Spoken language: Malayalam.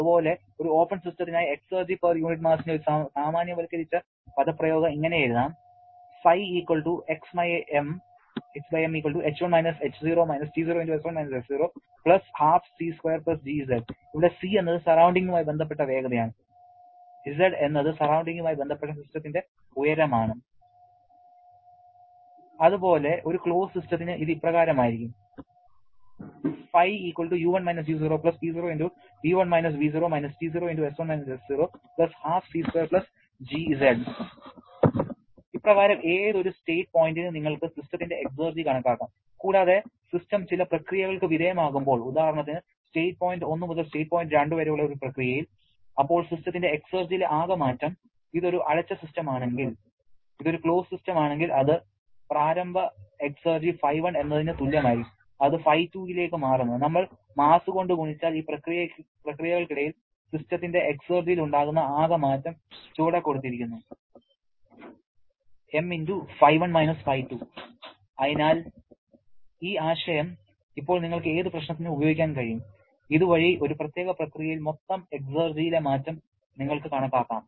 അതുപോലെ ഒരു ഓപ്പൺ സിസ്റ്റത്തിനായി എക്സർജി പെർ യൂണിറ്റ് മാസിനു ഒരു സാമാന്യവൽക്കരിച്ച പദപ്രയോഗം ഇങ്ങനെ എഴുതാം ഇവിടെ c എന്നത് സറൌണ്ടിങ്ങുമായി ബന്ധപ്പെട്ട വേഗതയാണ് z എന്നത് സറൌണ്ടിങ്ങുമായി ബന്ധപ്പെട്ട സിസ്റ്റത്തിന്റെ ഉയരമാണ് അതുപോലെ ഒരു ക്ലോസ്ഡ് സിസ്റ്റത്തിന് ഇത് ഇപ്രകാരമായിരിക്കും ഇപ്രകാരം ഏതൊരു സ്റ്റേറ്റ് പോയിന്റിനും നിങ്ങൾക്ക് സിസ്റ്റത്തിന്റെ എക്സർജി കണക്കാക്കാം കൂടാതെ സിസ്റ്റം ചില പ്രക്രിയകൾക്ക് വിധേയമാകുമ്പോൾ ഉദാഹരണത്തിന് സ്റ്റേറ്റ് പോയിന്റ് 1 മുതൽ സ്റ്റേറ്റ് പോയിന്റ് 2 വരെയുള്ള ഒരു പ്രക്രിയയിൽ അപ്പോൾ സിസ്റ്റത്തിന്റെ എക്സർജിയിലെ ആകെ മാറ്റം ഇത് ഒരു അടച്ച സിസ്റ്റമാണെങ്കിൽ അത് പ്രാരംഭ എക്സർജി ϕ1 എന്നതിന് തുല്യമായിരിക്കും അത് ϕ2 ലേക്ക് മാറുന്നു നമ്മൾ മാസ് കൊണ്ട് ഗുണിച്ചാൽ ഈ പ്രക്രിയയ്ക്കിടയിൽ സിസ്റ്റത്തിന്റെ എക്സർജിയിൽ ഉണ്ടാകുന്ന ആകെ മാറ്റം ചുവടെ കൊടുത്തിരിക്കുന്നു mϕ1 − ϕ2 അതിനാൽ ഈ ആശയം ഇപ്പോൾ നിങ്ങൾക്ക് ഏത് പ്രശ്നത്തിനും ഉപയോഗിക്കാൻ കഴിയും ഇതുവഴി ഒരു പ്രത്യേക പ്രക്രിയയിൽ മൊത്തം എക്സർജിയിലെ മാറ്റം നിങ്ങൾക്ക് കണക്കാക്കാം